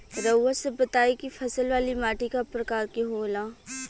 रउआ सब बताई कि फसल वाली माटी क प्रकार के होला?